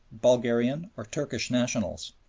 bulgarian, or turkish nationals.